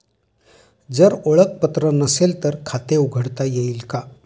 जर ओळखपत्र नसेल तर खाते उघडता येईल का?